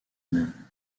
même